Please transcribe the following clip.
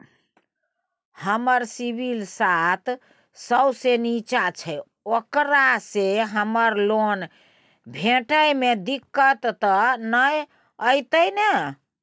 हमर सिबिल सात सौ से निचा छै ओकरा से हमरा लोन भेटय में दिक्कत त नय अयतै ने?